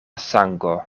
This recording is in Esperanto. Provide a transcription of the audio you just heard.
sango